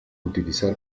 utilizar